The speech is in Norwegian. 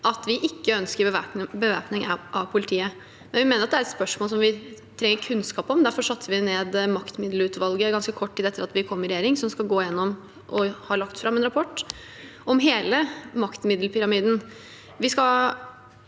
at vi ikke ønsker bevæpning av politiet. Vi mener det er et spørsmål som vi trenger kunnskap om. Derfor satte vi ned maktmiddelutvalget ganske kort tid etter at vi kom i regjering, og de har lagt fram en rapport om hele maktmiddelpyramiden.